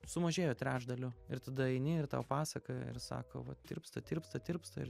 sumažėjo trečdaliu ir tada eini ir tau pasakoja ir sako va tirpsta tirpsta tirpsta ir